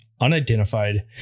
unidentified